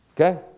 okay